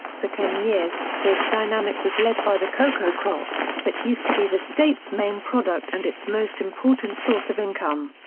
for ten years, this dynamic was led by the cocoa crop, that used to be the state's main product and its most important source of income.